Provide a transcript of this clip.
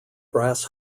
brass